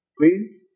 Please